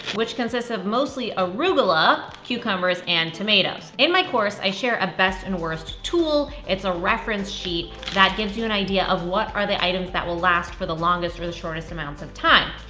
which consists of mostly arugula, cucumbers, and tomatoes. in my course, i share a best and worst tool. it's a reference sheet that gives you an idea of what are the items that will last for the longest or the shortest amounts of time.